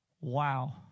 Wow